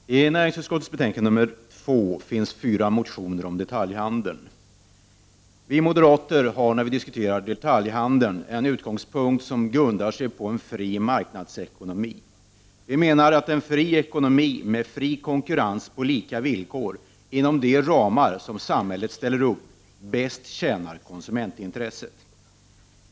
Fru talman! I näringsutskottets betänkande 2 finns fyra motioner om detaljhandel. Vi moderater har när vi diskuterar detaljhandel en utgångspunkt, som grundar sig på en fri marknadsekonomi. Vi menar att en fri ekonomi, med fri konkurrens på lika villkor inom de ramar som samhället ställer upp, bäst tjänar konsumentintresset.